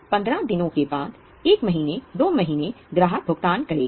15 दिनों के बाद 1 महीने 2 महीने ग्राहक भुगतान करेगा